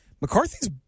McCarthy's